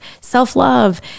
self-love